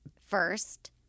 first